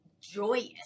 joyous